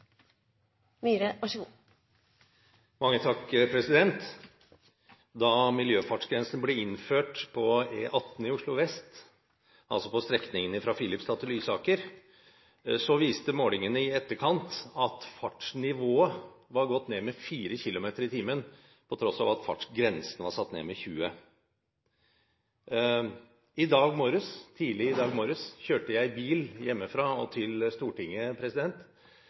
Lysaker, viste målingene i etterkant at fartsnivået var gått ned med 4 km/t på tross av at fartsgrensen var satt ned med 20 km/t. Tidlig i dag morges kjørte jeg bil hjemmefra og til Stortinget.